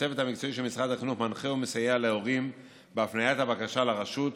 הצוות המקצועי של משרד החינוך מנחה ומסייע להורים בהפניית הבקשה לרשות,